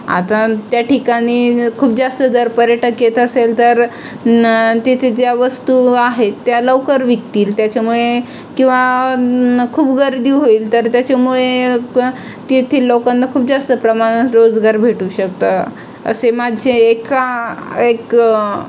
आता त्या ठिकाणी खूप जास्त जर पर्यटक येत असेल तर न तिथे ज्या वस्तू आहेत त्या लवकर विकतील त्याच्यामुळे किंवा खूप गर्दी होईल तर त्याच्यामुळे तेथील लोकांना खूप जास्त प्रमाणात रोजगार भेटू शकताे असे माझे एका एक